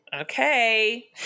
Okay